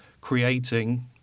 creating